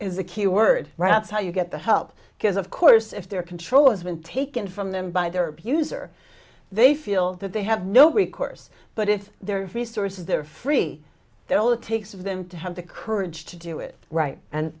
is the key word rats how you get the help because of course if their control has been taken from them by their abuser they feel that they have no recourse but if their resources they're free they're all it takes of them to have the courage to do it right